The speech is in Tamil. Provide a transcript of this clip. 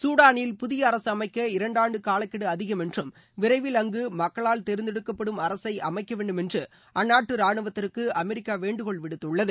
சூடாளில் புதிய அரசு அமைக்க இரண்டாண்டு காலக்கெடு அதிகம் என்றும் விரைவில் அங்கு மக்களால் தேர்ந்தெடுக்கப்படும் அரசு அமைக்கவேண்டும் என்று அந்நாட்டு ராணுவத்திற்கு அமெரிக்கா வேண்டுகோள் விடுத்துள்ளது